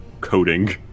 coding